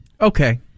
Okay